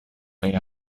kaj